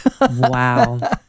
Wow